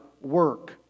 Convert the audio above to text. work